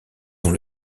dans